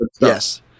Yes